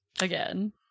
again